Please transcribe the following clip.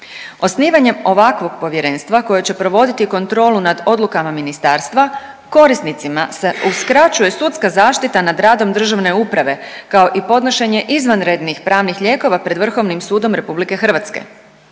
Osnivanje ovakvog povjerenstva koje će provoditi kontrolu nad odlukama Ministarstva, korisnicima se uskraćuje sudska zaštita nad radom državne uprave, kao i podnošenje izvanrednih pravnih lijekova pred Vrhovnim sudom RH. Osnivanje